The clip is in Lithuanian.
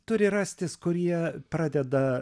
turi rastis kurie pradeda